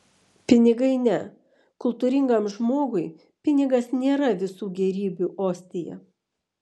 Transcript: pinigai ne kultūringam žmogui pinigas nėra visų gėrybių ostija